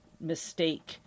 mistake